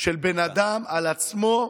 של בן אדם על עצמו,